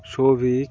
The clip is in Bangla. শৌভিক